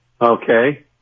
okay